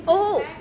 oh